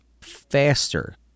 faster